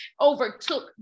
overtook